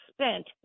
spent